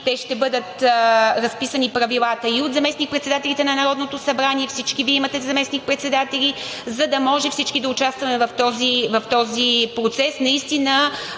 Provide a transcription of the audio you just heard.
и ще бъдат разписани правилата – и от заместник-председателите на Народното събрание, всички Вие имате заместник-председатели, за да може всички да участваме в този процес. Мечтата